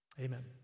Amen